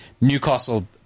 Newcastle